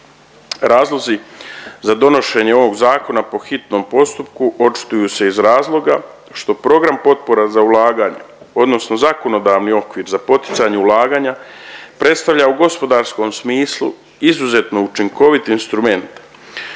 Razlozi za donošenje ovog zakona po hitnom postupku očituju se iz razloga što program potpora za ulaganja odnosno zakonodavni okvir za poticanje ulaganja predstavlja u gospodarskom smislu izuzetno učinkovit instrument